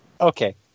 okay